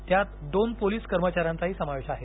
त्यात दोन पोलीस कर्मचाऱ्यांचाही समावेश आहे